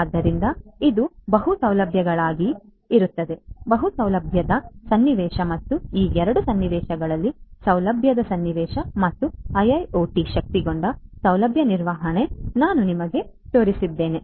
ಆದ್ದರಿಂದ ಇದು ಬಹು ಸೌಲಭ್ಯಗಳಿಗಾಗಿ ಇರುತ್ತದೆ ಬಹು ಸೌಲಭ್ಯದ ಸನ್ನಿವೇಶ ಮತ್ತು ಈ ಎರಡೂ ಸನ್ನಿವೇಶಗಳಲ್ಲಿ ಸೌಲಭ್ಯದ ಸನ್ನಿವೇಶ ಮತ್ತು IIoT ಶಕ್ತಗೊಂಡ ಸೌಲಭ್ಯ ನಿರ್ವಹಣೆ ನಾನು ನಿಮಗೆ ತೋರಿಸಿದ್ದೇನೆ